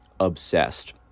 Obsessed